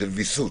של ויסות,